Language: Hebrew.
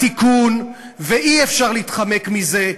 התיקון, אי-אפשר להתחמק מזה,